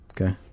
Okay